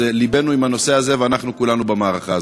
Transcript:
לבנו עם הנושא הזה, ואנחנו כולנו במערכה הזאת.